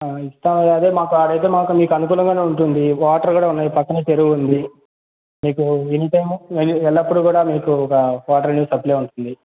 ఇష్టం అదే మాకాడైతే మాకు మీకు అనుకూలంగానే ఉంటుంది వాటర్ కూడా ఉన్నాయి పక్కనే చెరువు ఉంది మీకు ఎనీటైం ఎ ఎల్లప్పుడు కూడా మీకు వాటర్ని సప్లై ఉంటుంది